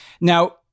Now